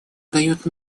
дает